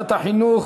ועדת החינוך,